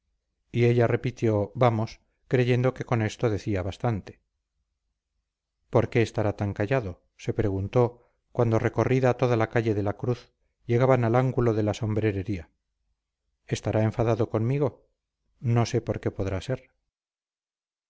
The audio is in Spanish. y ella repitió vamos creyendo que con esto decía bastante por qué estará tan callado se preguntó cuando recorrida toda la calle de la cruz llegaban al ángulo de la sombrerería estará enfadado conmigo no sé por qué podrá ser